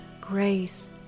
grace